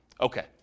Okay